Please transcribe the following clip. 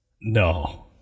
no